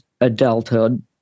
adulthood